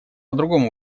другому